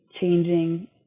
changing